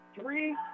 three